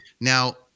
Now